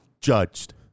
judged